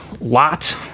lot